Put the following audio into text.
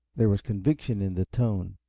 there was conviction in the tone.